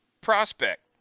prospect